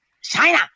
China